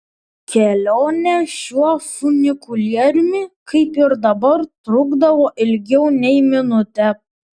kelionė šiuo funikulieriumi kaip ir dabar trukdavo ilgiau nei minutę